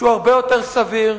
שהוא הרבה יותר סביר,